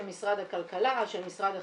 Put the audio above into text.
של משרד הכלכלה, של משרד החקלאות.